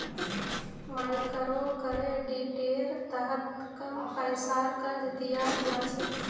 मइक्रोक्रेडिटेर तहत कम पैसार कर्ज दियाल जा छे